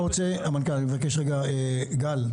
גל,